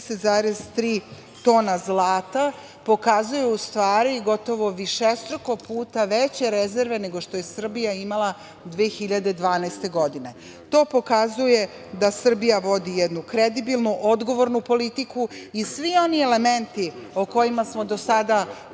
30,3 tona zlata, pokazuju u stvari gotovo višestruko puta veće rezerve nego što je Srbija imala 2012. godine. To pokazuje da Srbija vodi jednu kredibilnu, odgovornu politiku i svi oni elementi o kojima smo do sada govorili